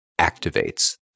activates